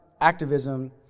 activism